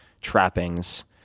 trappings